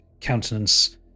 countenance